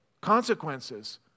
consequences